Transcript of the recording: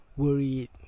worried